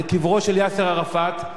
לקברו של יאסר ערפאת,